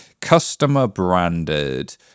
customer-branded